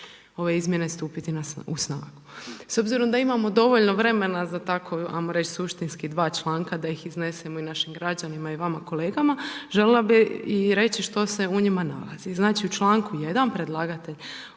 ove izmjene stupiti na snagu. S obzirom da imamo dovoljno vremena za tako, ajmo reć suštinski dva članka da ih iznesemo i našim građanima i vama kolegama, želila bi i reći što se u njima nalazi. Znači, u čl. 1. predlagatelj,